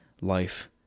life